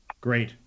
Great